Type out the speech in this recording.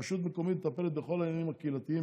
רשות מקומית מטפלת בכל העניינים הקהילתיים